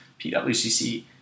PWCC